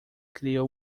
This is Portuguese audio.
criou